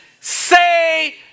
say